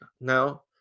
now